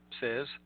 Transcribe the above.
Says